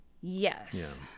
yes